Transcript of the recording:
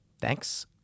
Thanks